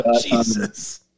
Jesus